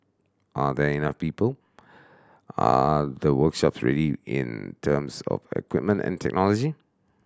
are there enough people are the workshops ready in terms of a equipment and technology